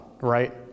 right